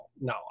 No